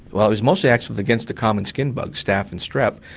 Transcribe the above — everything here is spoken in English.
well it was mostly active against the common skin bugs, staph and strep.